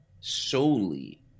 solely